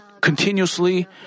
continuously